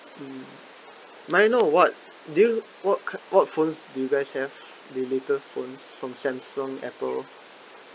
mm may I know what do you what kind what phones do you guys have the latest phones from Samsung Apple